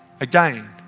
Again